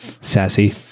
Sassy